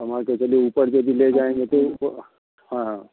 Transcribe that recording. और मान कर चलिए ऊपर भी यदि ले रहे हैं तो तो हाँ